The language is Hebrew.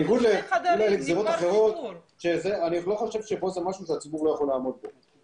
לא חושב שכאן זה משהו שהציבור לא יכול לעמוד בו.